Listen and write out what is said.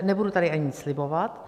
Nebudu tady ani nic slibovat.